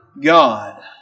God